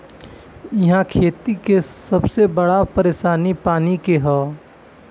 इहा खेती के सबसे बड़ परेशानी पानी के हअ